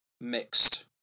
mixed